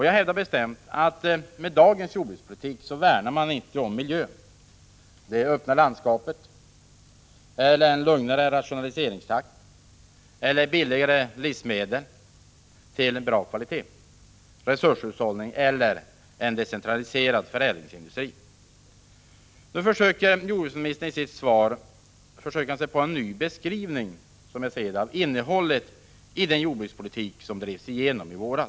Jag hävdar bestämt att man med dagens jordbrukspolitik inte värnar om miljön, det öppna landskapet, en lugnare rationaliseringstakt, billigare 113 livsmedel till bra kvalitet, resurshushållning eller decentraliserad förädlingsindustri. I sitt svar försöker jordbruksministern, som jag ser det, göra en ny beskrivning av innehållet i den jordbrukspolitik som drevs igenom i våras.